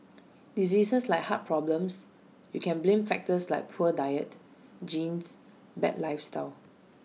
diseases like heart problems you can blame factors like poor diet genes bad lifestyle